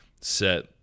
set